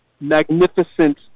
magnificent